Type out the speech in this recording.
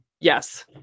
Yes